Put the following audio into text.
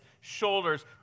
shoulders